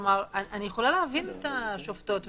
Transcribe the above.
יכולה להבין את השופטות והשופטים,